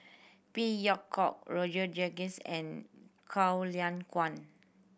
Phey Yew Kok Roger Jenkins and Goh Lay Kuan